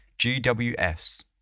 GWS